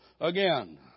again